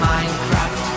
Minecraft